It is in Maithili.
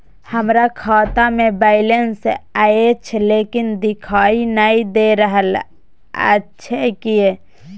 हमरा खाता में बैलेंस अएछ लेकिन देखाई नय दे रहल अएछ, किये?